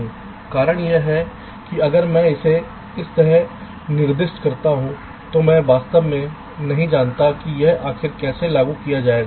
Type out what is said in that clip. कारण यह है कि अगर मैं इसे इस तरह निर्दिष्ट करता हूं तो मैं वास्तव में नहीं जानता कि यह आखिर कैसे लागू किया जाएगा